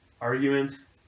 Arguments